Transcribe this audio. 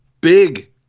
big